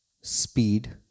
speed